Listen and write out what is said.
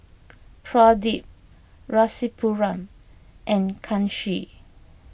Pradip Rasipuram and Kanshi